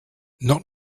not